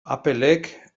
applek